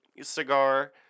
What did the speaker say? cigar